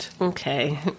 Okay